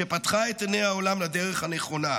שפתחה את עיני העולם לדרך הנכונה,